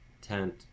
tent